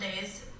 days